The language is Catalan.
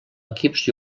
equips